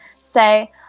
say